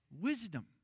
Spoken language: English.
wisdom